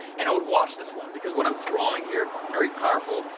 and i would watch this one because what i'm drawing here, very powerful.